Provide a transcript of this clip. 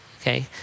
okay